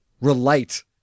relate